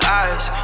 eyes